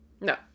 No